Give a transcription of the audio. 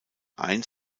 eins